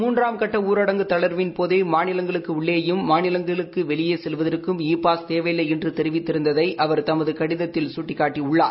முன்றாம் கட்ட ணரடங்கு தளர்வின்போதே மாநிலங்களுக்கு உள்ளேயும் மாநிலங்களுக்கு வெளியே செல்வதற்கும் இ பாஸ் தேவையில்லை என்று தெரிவித்திருந்ததை அவர் தமது கடிதத்தில் சுட்டிக்காட்டியுள்ளார்